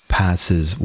passes